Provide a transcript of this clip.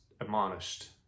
admonished